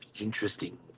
interesting